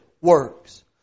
works